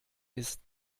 ist